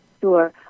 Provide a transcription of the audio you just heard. Sure